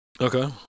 okay